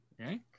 Okay